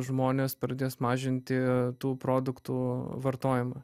žmonės pradės mažinti tų produktų vartojimą